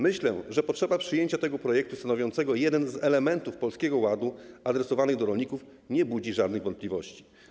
Myślę, że potrzeba przyjęcia tego projektu stanowiącego jeden z elementów Polskiego Ładu adresowanych do rolników nie budzi żadnych wątpliwości.